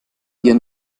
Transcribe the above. ihren